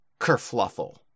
kerfluffle